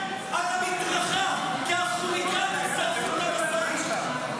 על המדרכה כי החוליגנים שרפו את המשאית?